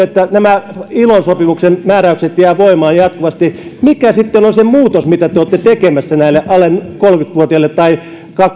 että nämä ilo sopimuksen määräykset jäävät voimaan pysyvästi mikä sitten on se muutos mitä te olette tekemässä näille alle kolmekymmentä vuotiaille tai